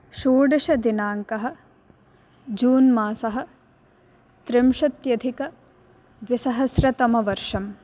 षोडशदिनाङ्कः जून् मासः त्रिंशत्यधिकद्विसहस्रतमवर्षम्